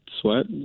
sweat